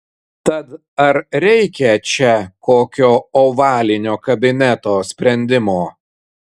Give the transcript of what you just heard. tad ar reikia čia kokio ovalinio kabineto sprendimo